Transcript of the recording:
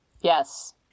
Yes